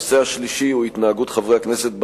הנושא השלישי הוא התנהגות חברי הכנסת במליאה.